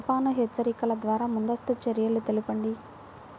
తుఫాను హెచ్చరికల ద్వార ముందస్తు చర్యలు తెలపండి?